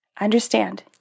understand